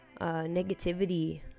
negativity